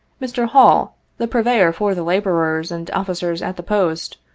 mr. hall, the purveyor for the laborers and officers at the post,